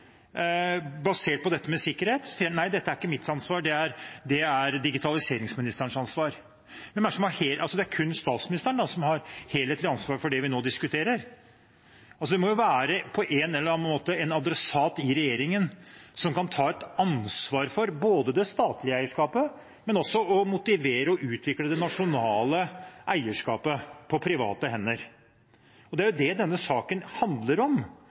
basert på sikkerhet, sier han at det ikke er hans ansvar, men digitaliseringsministerens ansvar. Er det kun statsministeren som har helhetlig ansvar for det vi nå diskuterer? Det må på en eller annen måte være en adressat i regjeringen som kan ta et ansvar både for det statlige eierskapet og også for å motivere og utvikle det nasjonale eierskapet på private hender. Det er det denne saken handler om.